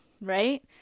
right